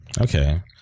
Okay